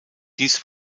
dies